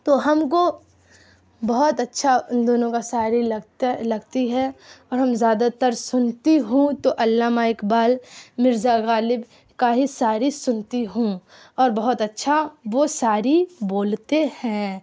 تو ہم کو بہت اچھا ان دونوں کا شاعری لگتا لگتی ہے اور ہم زیادہ تر سنتی ہوں تو علامہ اقبال مرزا غالب کا ہی شاعری سنتی ہوں اور بہت اچھا وہ شاعری بولتے ہیں